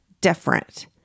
different